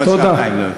אבל שעתיים, לא יותר.